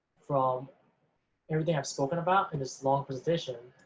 from everything i've spoken about in this long presentation,